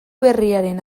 berriaren